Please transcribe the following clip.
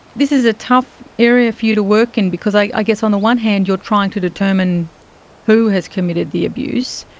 this is a tough area for you to work in and because i guess on the one hand you are trying to determine who has committed the abuse,